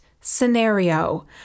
scenario